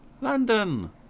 London